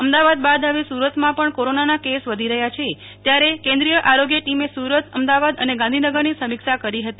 અમદાવાદ બાદ હવે સુરતમાં પણ કોરોનાના કેસ વધી રહ્યા છે ત્યારે આજ રોજ કેન્દ્રીય આરોગ્ય ટીમે સુરત અમદાવાદ અને ગાંધીનગરની સમીક્ષા કરી ફતી